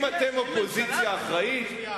אם אתם אופוזיציה אחראית,